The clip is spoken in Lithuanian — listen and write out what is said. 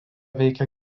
veikė